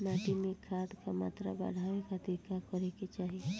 माटी में खाद क मात्रा बढ़ावे खातिर का करे के चाहीं?